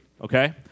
okay